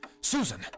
Susan